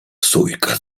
sójka